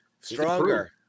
stronger